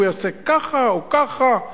יעשה ככה או ככה.